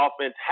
offense